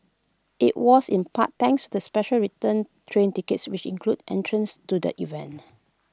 IT was in part thanks to the special return train tickets which included entrance to the event